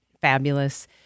fabulous